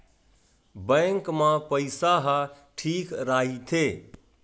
Bank मा पईसा ह ठीक राइथे?